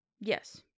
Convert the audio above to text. yes